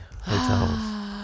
hotels